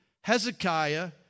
Hezekiah